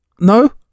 no